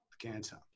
cancer